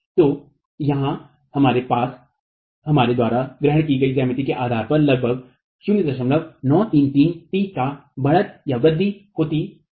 तो यहाँ आपको हमारे द्वारा ग्रहण की गई ज्यामिति के आधार पर लगभग 0933 टी का बढतउदय होता है